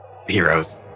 heroes